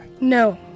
No